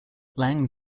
lang